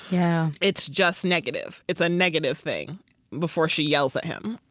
yeah it's just negative. it's a negative thing before she yells at him,